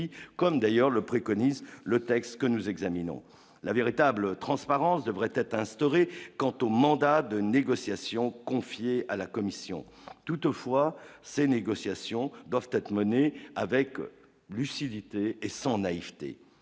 comme d'ailleurs le préconise le texte que nous examinons la véritable transparence devrait être instauré quant au mandat de négociation, confié à la Commission, toutefois, ces négociations doivent être menées avec lucidité et sans naïveté,